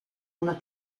una